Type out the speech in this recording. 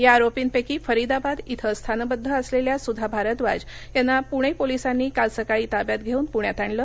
या आरोपीपैकी फरीदाबाद इथं स्थानबद्ध असलखा सुधा भारद्वाज यांना पूणखालिसांनी काल सकाळी ताब्यात घस्तिन पुण्यात आणलं